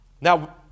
Now